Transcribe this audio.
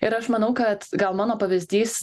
ir aš manau kad gal mano pavyzdys